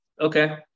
Okay